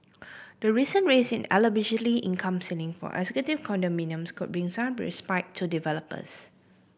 the recent raise in eligibility income ceiling for executive condominiums could bring some respite to developers